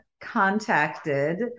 contacted